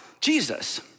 Jesus